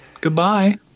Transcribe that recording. goodbye